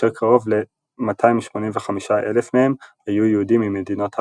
כאשר קרוב ל-285,000 מהם היו ממדינות ערב.